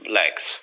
legs